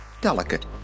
delicate